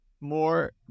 more